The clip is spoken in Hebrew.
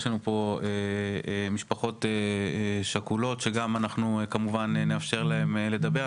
יש פה משפחות שכולות שכמובן גם נאפשר להן לדבר,